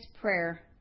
prayer